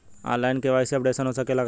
आन line KYC updation हो सकेला का?